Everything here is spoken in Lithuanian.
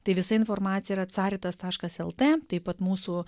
tai visa informacija yra caritas taškas lt taip pat mūsų